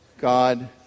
God